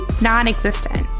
non-existent